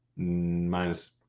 minus